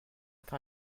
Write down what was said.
train